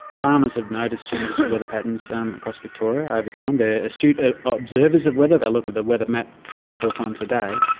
farmers have noticed changes to weather patterns um across victoria over time. they're astute ah observers of weather, they look at the weather map three or four times a day,